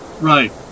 Right